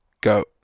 go